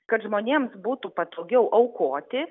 kad žmonėms būtų patogiau aukoti